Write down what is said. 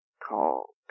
call